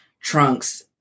trunks